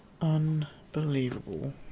Unbelievable